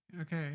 okay